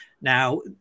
Now